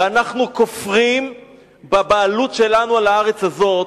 ואנחנו כופרים בבעלות שלנו על הארץ הזאת,